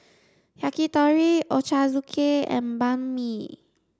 Yakitori Ochazuke and Banh Mi